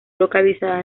localizada